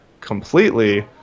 completely